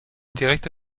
direkte